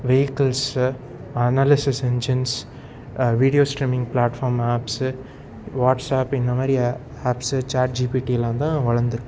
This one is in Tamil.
vehicles analysation engines video streaming platform apps WhatsApp இந்த மாதிரி ஆப்ஸ்ஸு சாட் ஜிபிடிலாம்தான் வளர்ந்துருக்கு